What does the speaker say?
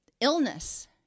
illness